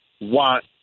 want